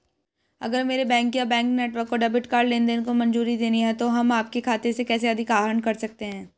अगर मेरे बैंक या बैंक नेटवर्क को डेबिट कार्ड लेनदेन को मंजूरी देनी है तो हम आपके खाते से कैसे अधिक आहरण कर सकते हैं?